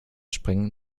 springen